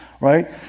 right